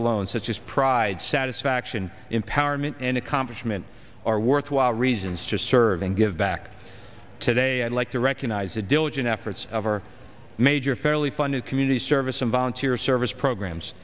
alone such as pride satisfaction empowerment and accomplishment are worthwhile reasons to serve and give back today i'd like to recognize a diligent efforts of our major fairly funded community service and volunteer service programs